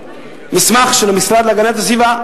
מסמך של המשרד להגנת הסביבה,